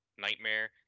nightmare